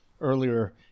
earlier